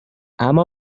اما